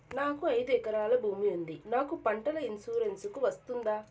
నాకు ఐదు ఎకరాల భూమి ఉంది నాకు పంటల ఇన్సూరెన్సుకు వస్తుందా?